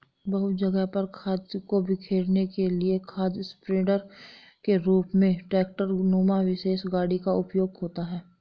बहुत जगह पर खाद को बिखेरने के लिए खाद स्प्रेडर के रूप में ट्रेक्टर नुमा विशेष गाड़ी का उपयोग होता है